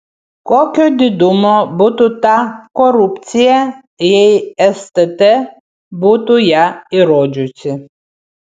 kokio didumo būtų ta korupcija jei stt būtų ją įrodžiusi